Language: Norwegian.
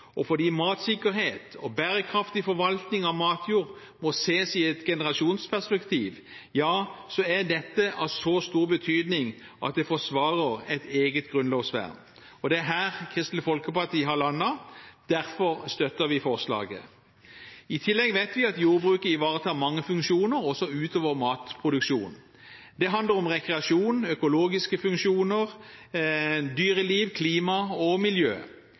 og fordi matsikkerhet og bærekraftig forvaltning av matjord må ses i et generasjonsperspektiv, er dette av så stor betydning at det forsvarer et eget grunnlovsvern. Det er her Kristelig Folkeparti har landet. Derfor støtter vi forslaget. I tillegg vet vi at jordbruket ivaretar mange funksjoner, også utover matproduksjon. Det handler om rekreasjon, økologiske funksjoner, dyreliv, klima og miljø.